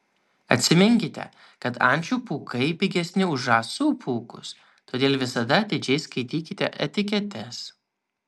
atsiminkite kad ančių pūkai pigesni už žąsų pūkus todėl visada atidžiai skaitykite etiketes